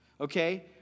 okay